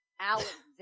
Alexander